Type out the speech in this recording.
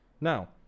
Now